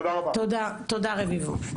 תודה רביבו.